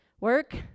Work